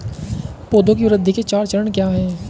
पौधे की वृद्धि के चार चरण क्या हैं?